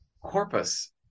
corpus